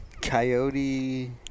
Coyote